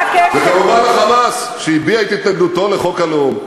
למה מזמנים אותו אם לא נותנים לו לדבר?